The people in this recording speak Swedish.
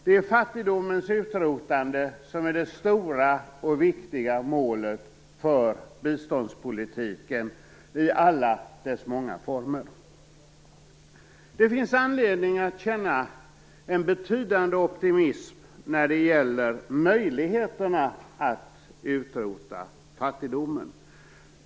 Det är fattigdomens utrotande som är det stora och viktiga målet för biståndspolitiken i alla dess många former. Det finns anledning att känna en betydande optimism när det gäller möjligheterna att utrota fattigdomen.